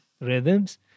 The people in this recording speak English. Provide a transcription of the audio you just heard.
rhythms